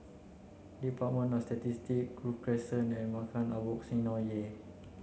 Department of Statistics Grove Crescent and Maghain Aboth Synagogue